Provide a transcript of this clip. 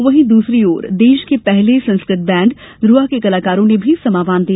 वही दूसरी ओर देश को पहले संस्कृत बैंड ध्र्वा के कलाकारों ने भी समा बांध दिया